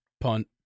punt